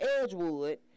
Edgewood